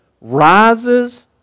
rises